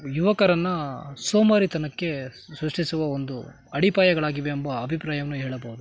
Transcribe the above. ಯುವಕರನ್ನು ಸೋಮಾರಿತನಕ್ಕೆ ಸೃಷ್ಟಿಸುವ ಒಂದು ಅಡಿಪಾಯಗಳಾಗಿವೆ ಎಂಬ ಅಭಿಪ್ರಾಯವನ್ನು ಹೇಳಬೌದು